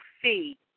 fee